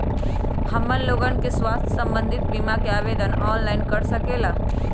हमन लोगन के स्वास्थ्य संबंधित बिमा का आवेदन ऑनलाइन कर सकेला?